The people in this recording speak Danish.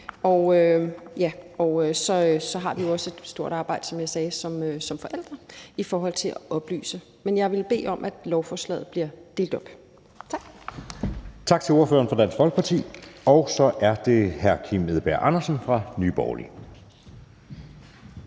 Og så har vi jo også, som jeg sagde, et stort arbejde som forældre i forhold til at oplyse. Men jeg vil bede om, at lovforslaget bliver delt op. Tak.